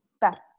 best